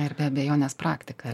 ir be abejonės praktika